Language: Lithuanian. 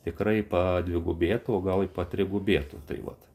tikrai padvigubėtų o gal i patrigubėtų tai vat